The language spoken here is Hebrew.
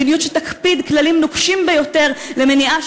מדיניות שתקפיד על כללים נוקשים ביותר למניעה